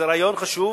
זה רעיון חשוב